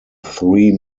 three